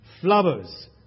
flowers